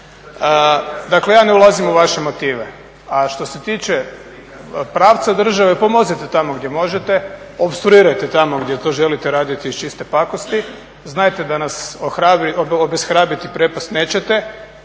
Dakle, ja ne ulazim u vaše motive. A što se tiče pravca države pomozite tamo gdje možete, opstruirajte tamo gdje to želite raditi iz čiste pakosti, znajte da nas obeshrabriti i prepasti nećete